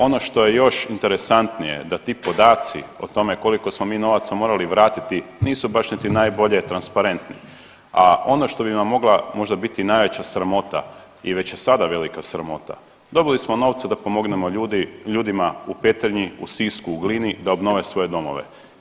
Ono što je još interesantnije da ti podaci o tome koliko smo mi novaca morali vratiti nisu baš niti najbolje transparentni, a ono što bi vam možda mogla biti najveća sramota i već sada velika sramota, dobili smo novce da pomognemo ljudima u Petrinji, u Sisku, u Glini da obnove svoje domove.